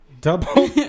Double